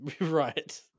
Right